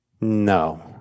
No